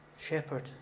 shepherd